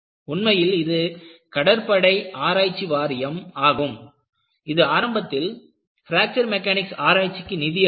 உண்மையில் இது கடற்படை ஆராய்ச்சி வாரியம் ஆகும் இது ஆரம்பத்தில் பிராக்சர் மெக்கானிக்ஸ் ஆராய்ச்சிக்கு நிதியளித்தது